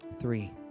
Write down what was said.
three